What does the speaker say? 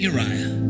Uriah